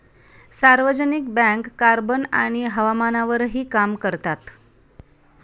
सार्वजनिक bank carbon आणि हवामानावरही काम करतात